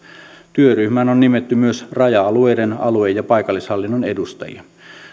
työryhmään on nimetty myös raja alueiden alue ja paikallishallinnon edustajia